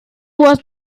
was